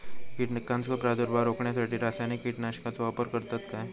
कीटकांचो प्रादुर्भाव रोखण्यासाठी रासायनिक कीटकनाशकाचो वापर करतत काय?